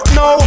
no